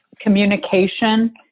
Communication